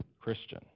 Christian